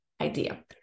idea